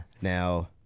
Now